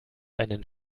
einen